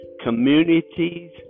communities